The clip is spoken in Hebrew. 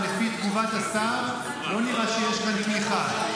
אבל לפי תגובת השר לא נראה שיש כאן תמיכה.